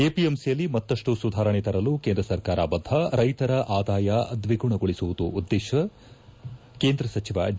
ಎಪಿಎಂಸಿಯಲ್ಲಿ ಮತ್ತಷ್ಟು ಸುಧಾರಣೆ ತರಲು ಕೇಂದ್ರ ಸರ್ಕಾರ ಬದ್ಧ ರೈತರ ಆದಾಯ ದ್ವಿಗುಣಗೊಳಿಸುವುದು ಉದ್ದೇಶ ಕೇಂದ್ರ ಸಚಿವ ಡಿ